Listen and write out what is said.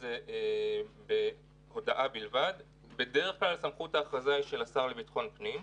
זה מראה שלא יהיה נוח גם לאחרים,